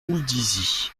houldizy